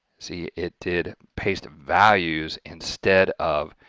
see it did paste values instead of